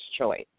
choice